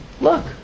look